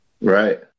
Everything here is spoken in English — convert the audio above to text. Right